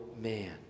man